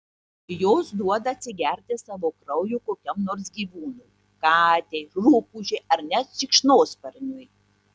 jos duoda atsigerti savo kraujo kokiam nors gyvūnui katei rupūžei ar net šikšnosparniui